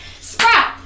Sprout